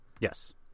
Yes